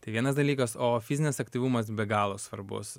tai vienas dalykas o fizinis aktyvumas be galo svarbus